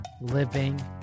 living